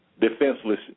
defenseless